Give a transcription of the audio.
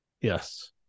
Yes